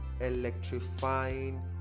electrifying